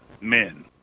men